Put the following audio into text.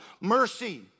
mercy